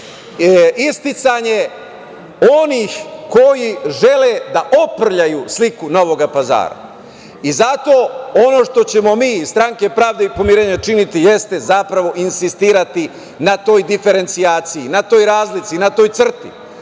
isticanje onih koji žele da opraljaju sliku Novog Pazara. Zato ono što ćemo mi iz Stranke pravde i pomirenja činiti jeste zapravo insistirati na toj diferencijaciji, na toj razlici, na toj crti.